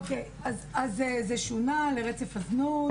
אוקיי, אז זה שונה ל"רצף הזנות".